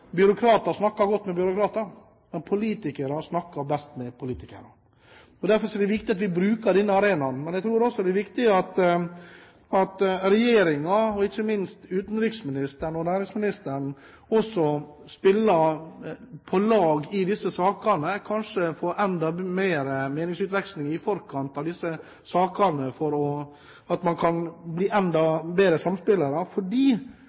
byråkrater snakker godt med byråkrater, men at politikere snakker best med politikere. Derfor er det viktig at vi bruker denne arenaen. Men jeg tror også det er viktig at regjeringen, ikke minst utenriksministeren og næringsministeren, også spiller på lag i disse sakene, kanskje få enda mer meningsutveksling i forkant av disse sakene, slik at man kan bli